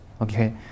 Okay